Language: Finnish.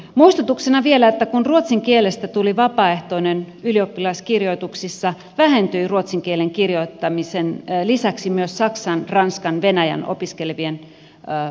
muistutuksena vielä että kun ruotsin kielestä tuli vapaaehtoinen ylioppilaskirjoituksissa vähentyi ruotsin kielen kirjoittamisen lisäksi myös saksaa ranskaa venäjää opiskelevien lukumäärä